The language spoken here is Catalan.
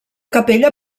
capella